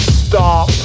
stop